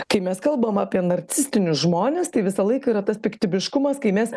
kai mes kalbam apie narcistinius žmones tai visą laiką yra tas piktybiškumas kai mes